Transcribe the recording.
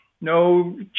no